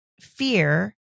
fear